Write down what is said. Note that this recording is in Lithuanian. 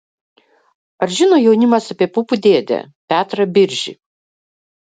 ar žino jaunimas apie pupų dėdę petrą biržį